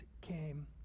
came